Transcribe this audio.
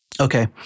okay